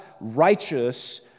righteous